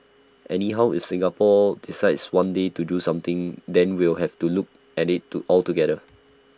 anyhow if Singapore decides one day to do something then we'll have to look at IT to altogether